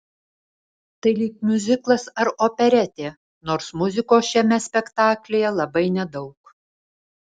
tai lyg miuziklas ar operetė nors muzikos šiame spektaklyje labai nedaug